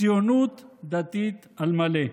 ציונות דתית על מלא.